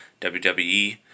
WWE